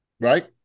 right